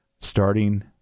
Starting